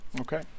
Okay